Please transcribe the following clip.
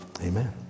Amen